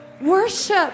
Worship